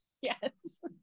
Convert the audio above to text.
yes